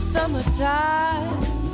Summertime